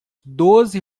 doze